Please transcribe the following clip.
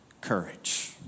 Courage